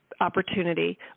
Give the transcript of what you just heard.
opportunity